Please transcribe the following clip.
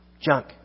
junk